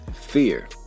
Fear